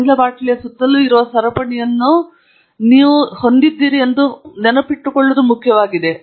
ಅನಿಲ ಬಾಟಲಿಯ ಸುತ್ತ ಇರುವ ಸರಪಣಿಯನ್ನು ನೀವು ಹೊಂದಿದ್ದೀರಿ ಎಂದು ನೆನಪಿಟ್ಟುಕೊಳ್ಳುವುದು ಮುಖ್ಯವಾಗಿದೆ